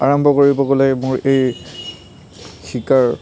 আৰম্ভ কৰিব গ'লে মোৰ এই শিকাৰ